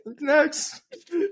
Next